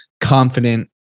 confident